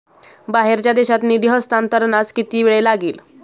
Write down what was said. बाहेरच्या देशात निधी हस्तांतरणास किती वेळ लागेल?